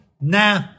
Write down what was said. nah